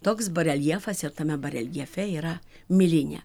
toks bareljefas ir tame bareljefe yra milinė